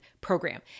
program